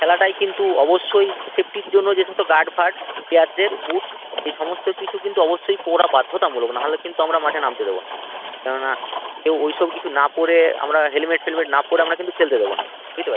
খেলাটায় কিন্তু অবশ্যই সেফ্টির জন্য যে সমস্ত গার্ড ফার্ড প্লেয়ারদের বুট এ সমস্ত কিছু কিন্তু অবশ্যই পরা বাধ্যতামূলক নাহলে কিন্তু আমরা মাঠে নামতে দেবো না কেননা কেউ ওইসব কিছু না পরে আমরা হেলমেট ফেলমেট না পরে আমরা কিন্তু খেলতে দেবো না বুঝতে পারছেন